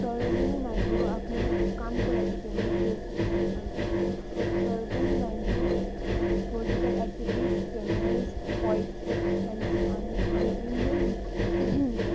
सरोजनी नायडू आफ्नो कामको लागि फेमस थियो अन्त Sarojini Naidu political activist feminist poet and अनि अनि इन्डियन